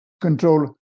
control